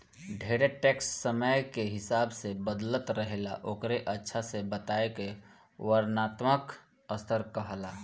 ढेरे टैक्स समय के हिसाब से बदलत रहेला ओकरे अच्छा से बताए के वर्णात्मक स्तर कहाला